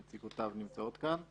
שנציגותיו נמצאות כאן.